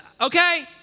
okay